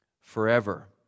forever